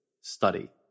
study